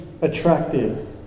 attractive